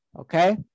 okay